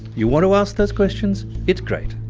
you want to ask those questions it's great.